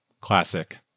Classic